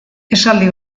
esaldi